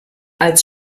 als